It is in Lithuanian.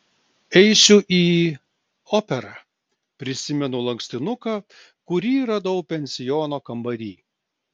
eisiu į operą prisimenu lankstinuką kurį radau pensiono kambary